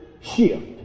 Shift